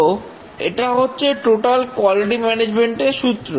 তো এটা হচ্ছে টোটাল কোয়ালিটি ম্যানেজমেন্ট এর সূত্র